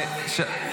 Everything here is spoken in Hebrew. מה אתם רוצים ממני?